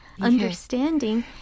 understanding